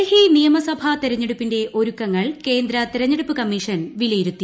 ഡൽഹി നിയമസഭ തെരഞ്ഞെടുപ്പിന്റെ ഒരുക്കങ്ങൾ കേന്ദ്ര തെരഞ്ഞെടുപ്പ് കമ്മീഷൻ വിലയിരുത്തി